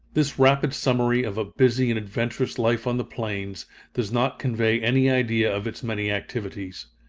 this rapid summary of a busy and adventurous life on the plains does not convey any idea of its many activities.